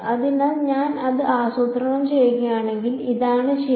അതിനാൽ ഞാൻ ഇത് ആസൂത്രണം ചെയ്യുകയാണെങ്കിൽ ഇതാണ് ഇതാണ് ശരി